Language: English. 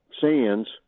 sands